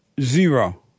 zero